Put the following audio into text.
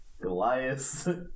Goliath